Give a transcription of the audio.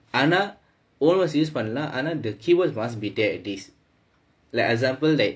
ஆனா:aanaa old words use பண்ணலாம் ஆனா:pannalaam aanaa the keywords must be there at least like example like